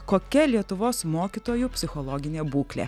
kokia lietuvos mokytojų psichologinė būklė